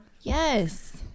Yes